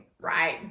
right